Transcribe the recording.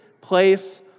place